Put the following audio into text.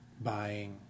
buying